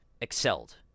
excelled